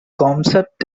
concept